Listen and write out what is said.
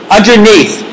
Underneath